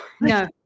No